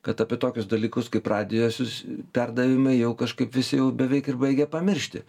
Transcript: kad apie tokius dalykus kaip radijo siųs perdavimai jau kažkaip visi jau beveik ir baigia pamiršti